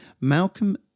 Malcolm